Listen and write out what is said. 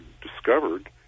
discovered